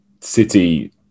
city